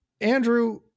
Andrew